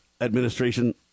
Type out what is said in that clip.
Administration